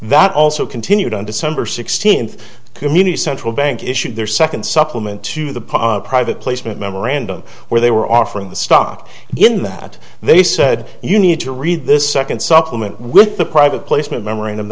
that also continued on december sixteenth community central bank issued their second supplement to the private placement memorandum where they were offering the stock in that they said you need to read this second supplement with the private placement memorandum